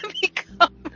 become